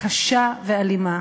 קשה ואלימה